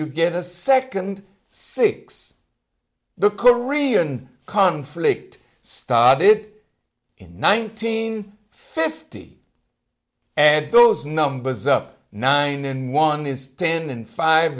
you get a second six the korean conflict started in nineteen fifty add those numbers up nine and one is ten and five